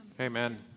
Amen